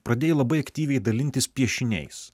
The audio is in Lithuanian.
pradėjau labai aktyviai dalintis piešiniais